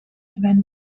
event